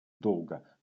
долга